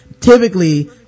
typically